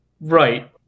Right